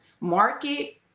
market